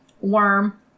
worm